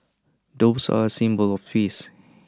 doves are A symbol of peace